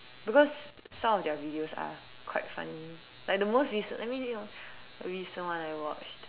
because some of their videos are quite funny like the most recent let me think of the most recent one I watched